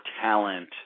talent